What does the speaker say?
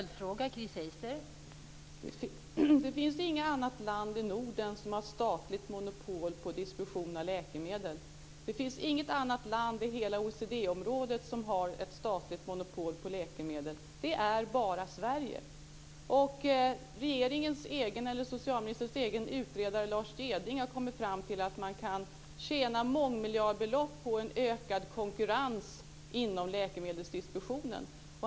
Fru talman! Det finns inget annat land i Norden som har statligt monopol på distribution av läkemedel. Det finns inget annat land i hela OECD-området som har ett statligt monopol på läkemedel. Det är bara Sverige som har det. Lars Jeding har kommit fram till att man kan tjäna mångmiljardbelopp på en ökad konkurrens inom läkemedelsdistributionen.